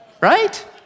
right